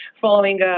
following